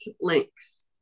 links